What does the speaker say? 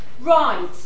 Right